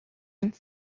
and